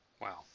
wow